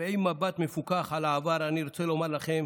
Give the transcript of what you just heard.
ועם מבט מפוכח על העבר, אני רוצה לומר לכם